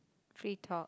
free talk